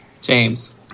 James